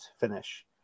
finish